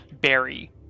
berry